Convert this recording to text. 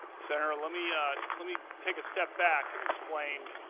senator, let me ah let me take a step back and explain